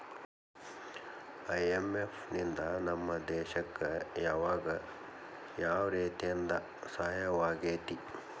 IMF ನಿಂದಾ ನಮ್ಮ ದೇಶಕ್ ಯಾವಗ ಯಾವ್ರೇತೇಂದಾ ಸಹಾಯಾಗೇತಿ?